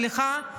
סליחה,